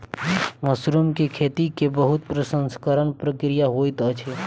mushroom के खेती के बहुत प्रसंस्करण प्रक्रिया होइत अछि